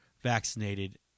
vaccinated